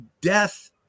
death